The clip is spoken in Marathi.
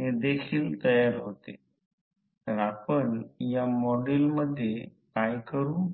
तर जर सामान्यपणे असे म्हटले असेल की लॅगिंग